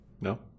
no